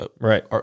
right